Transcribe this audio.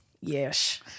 Yes